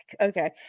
Okay